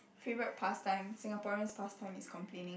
favourite pastime Singaporean's pastime is complaining